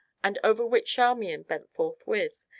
and over which charmian bent forthwith,